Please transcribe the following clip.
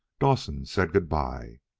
dawson said good-by.